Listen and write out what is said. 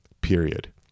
period